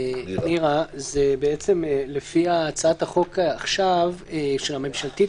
לפי הצעת החוק הממשלתית,